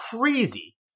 crazy